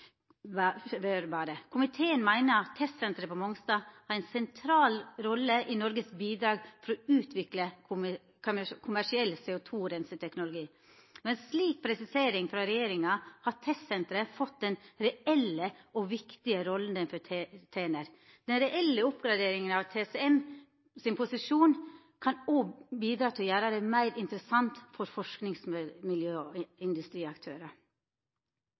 Komiteen mener Testsenteret på Mongstad har en sentral rolle i Norges bidrag for å utvikle kommersiell CO2-renseteknologi. Ved en slik presisering fra regjeringen har testsenteret fått den reelle og viktige rollen det fortjener. Denne reelle oppgraderingen av TCMs posisjon kan også bidra til å gjøre det mer interessant for forskningsmiljøer og industriaktører.»